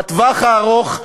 בטווח הארוך,